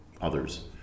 others